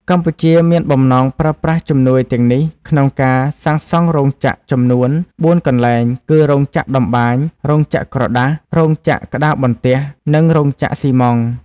កម្ពុជាមានបំណងប្រើប្រាស់ជំនួយទាំងនេះក្នុងការសាងសង់រោងចក្រចំនួន ៤ កន្លែងគឺ រោងចក្រតម្បាញ រោងចក្រក្រដាស រោងចក្រក្តារបន្ទះ និងរោងចក្រស៊ីម៉ងត៍។